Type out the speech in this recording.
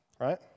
right